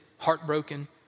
heartbroken